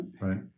Right